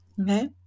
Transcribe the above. okay